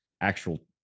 actual